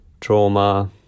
trauma